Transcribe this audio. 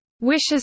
wishes